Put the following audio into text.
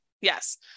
yes